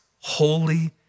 holy